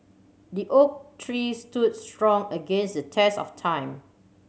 the oak tree stood strong against the test of time